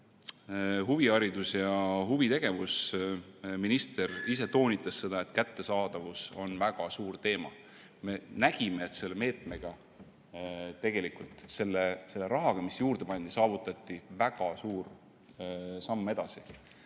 huviharidus ja huvitegevus. Minister ise toonitas, et kättesaadavus on väga suur teema. Me nägime, et selle meetmega, selle rahaga, mis juurde pandi, astuti väga suur samm edasi.